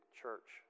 church